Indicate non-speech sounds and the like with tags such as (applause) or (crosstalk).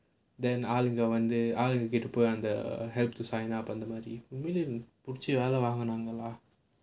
then ஆளுங்க வந்து ஆளுங்க வீட்டுக்கு போவாங்க:aalunga vanthu aalunga veetukku povaanga help to sign up அந்த மாதிரி:antha maathiri (laughs) புடிச்சு வேலை வாங்குனாங்க:pudichchu velai vaangunaanga lah